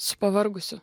su pavargusiu